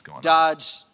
Dodge